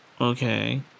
Okay